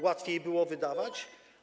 Łatwiej było wydawać?